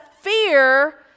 fear